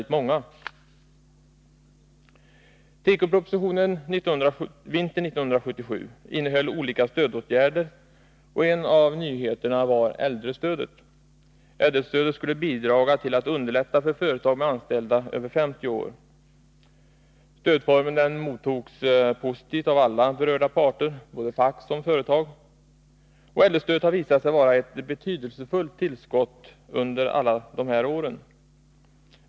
Tekopropositionen vintern 1977 innehöll olika stödåtgärder, och en av nyheterna var äldrestödet. Äldrestödet skulle bidra till att underlätta för företag med anställda över 50 år. Stödformen mottogs positivt av alla berörda parter — såväl fack som företag. Äldrestödet har visat sig vara ett betydelsefullt tillskott under alla år.